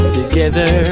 together